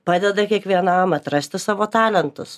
padeda kiekvienam atrasti savo talentus